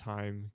Time